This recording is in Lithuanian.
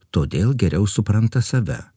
todėl geriau supranta save